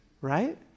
Right